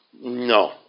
No